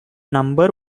number